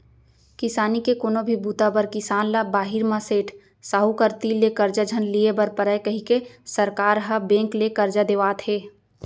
किसानी के कोनो भी बूता बर किसान ल बाहिर म सेठ, साहूकार तीर ले करजा झन लिये बर परय कइके सरकार ह बेंक ले करजा देवात हे